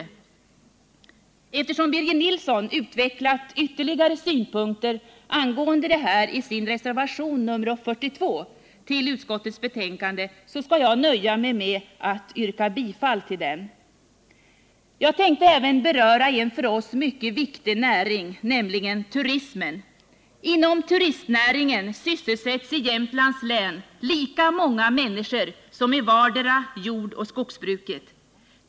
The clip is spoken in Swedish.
SR Eftersom Birger Nilsson utvecklat ytterligare synpunkter angående detta i sin reservation nr 42 till utskottets betänkande skall jag nöja mig med att yrka bifall till denna. Jag tänkte även beröra en för oss mycket viktig näring, nämligen turismen. Inom turistnäringen sysselsätts i Jämtlands län lika många människor som i vardera jordoch skogsbruket.